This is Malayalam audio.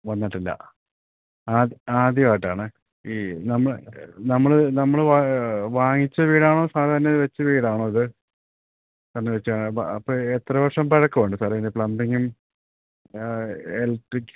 വന്നിട്ടില്ല ആദ്യമായിട്ടാണ് ഈ നമ്മള് നമ്മള് വാങ്ങിച്ച വീടാണോ സാധാരണ വച്ച വീടാണോ ഇത് എന്നുവച്ചാല് അപ്പോള് എത്ര വർഷം പഴക്കമുണ്ട് സാറേ ഇതിൻ്റെ പ്ലംബിങ്ങും ഇലെക്ട്രിക്ക്